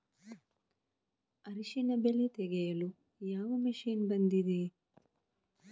ಅರಿಶಿನ ಬೆಳೆ ತೆಗೆಯಲು ಯಾವ ಮಷೀನ್ ಬಂದಿದೆ?